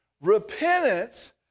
Repentance